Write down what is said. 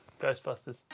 Ghostbusters